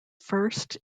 first